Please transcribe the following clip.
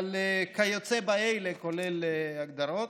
אבל "כיוצא באלה" כולל הגדרות.